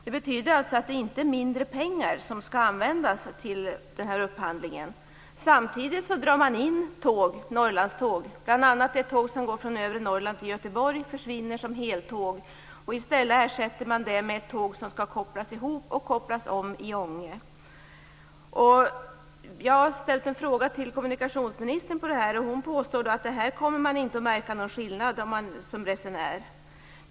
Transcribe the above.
Det betyder att det inte är mindre pengar som skall användas till upphandlingen. Göteborg. Det ersätts med ett tåg som skall kopplas ihop och kopplas om i Ånge. Jag har ställt en fråga till kommunikationsministern om detta. Hon påstår att man som resenär inte kommer att märka någon skillnad.